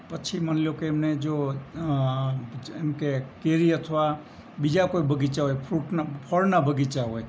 પછી માની લો કે એમને જો એમ કે કેરી અથવા બીજા કોઈ બગીચા હોય ફ્રૂટનાં ફળનાં બગીચા હોય